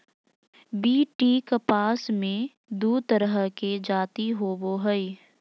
BT कपास मे दू तरह के जाति होबो हइ